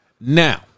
Now